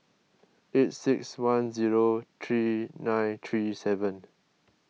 eight six one zero three nine three seven